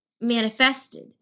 manifested